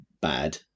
bad